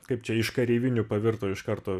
kaip čia iš kareivinių pavirto iš karto